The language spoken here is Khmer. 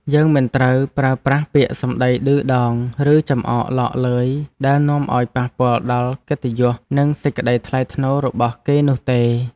យើងមិនត្រូវប្រើប្រាស់ពាក្យសម្តីឌឺដងឬចំអកឡកឡឺយដែលនាំឱ្យប៉ះពាល់ដល់កិត្តិយសនិងសេចក្តីថ្លៃថ្នូររបស់គេនោះទេ។